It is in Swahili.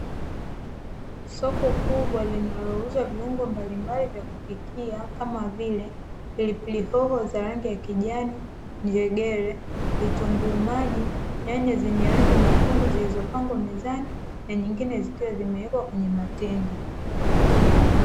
Soko kubwa linalouza viungo mbalimbali vya kupikia kama vile pilipili hoho za rangi ya kijani, njegere, vitunguu maji, nyanya zenye rangi nyekundu zilizopangwa mezani na nyingine zikiwa zimewekwa kwenye matenga.